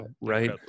Right